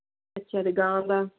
ਅੱਛਾ ਅਤੇ ਗਾਂ ਦਾ